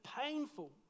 painful